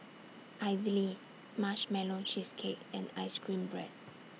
Idly Marshmallow Cheesecake and Ice Cream Bread